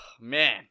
Man